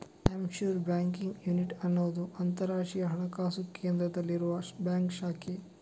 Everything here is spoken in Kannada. ಆಫ್ಶೋರ್ ಬ್ಯಾಂಕಿಂಗ್ ಯೂನಿಟ್ ಅನ್ನುದು ಅಂತರಾಷ್ಟ್ರೀಯ ಹಣಕಾಸು ಕೇಂದ್ರದಲ್ಲಿರುವ ಬ್ಯಾಂಕ್ ಶಾಖೆ